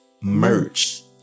merch